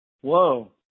Whoa